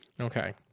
Okay